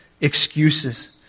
excuses